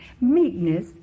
Meekness